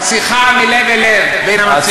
שיחה מלב אל לב בין המציעים לביני.